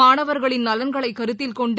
மாணவர்களின் நலன்களைக் கருத்தில் கொண்டு